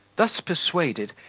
thus persuaded,